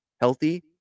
healthy